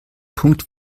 punkt